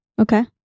Okay